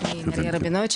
שמי מריה רבינוביץ,